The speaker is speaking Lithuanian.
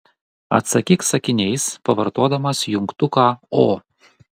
atsakyk sakiniais pavartodamas jungtuką o